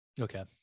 Okay